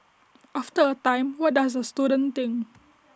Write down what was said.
after A time what does the student think